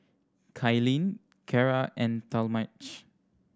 Kailyn Cara and Talmage